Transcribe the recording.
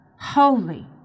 holy